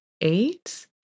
eight